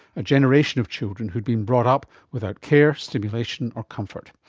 a generation of children who had been brought up without care, stimulation or comfort.